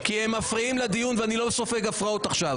כי הם מפריעים לדיון ואני לא סופג הפרעות עכשיו.